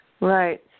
Right